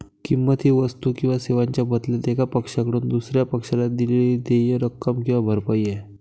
किंमत ही वस्तू किंवा सेवांच्या बदल्यात एका पक्षाकडून दुसर्या पक्षाला दिलेली देय रक्कम किंवा भरपाई आहे